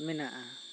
ᱢᱮᱱᱟᱜᱼᱟ